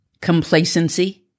complacency